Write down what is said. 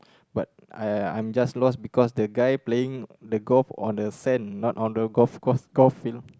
but I I'm just lost because the guy playing the golf on the sand not on the golf golf golf field